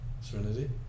Serenity